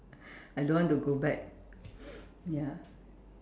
I don't want to go back ya